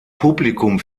publikum